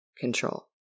control